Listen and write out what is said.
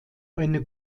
eine